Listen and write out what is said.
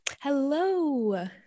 Hello